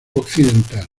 occidental